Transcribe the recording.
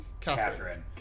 Catherine